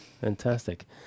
Fantastic